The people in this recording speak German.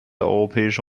europäische